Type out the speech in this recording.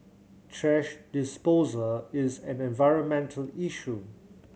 thrash disposal is an environmental issue